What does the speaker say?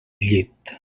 llit